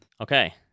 Okay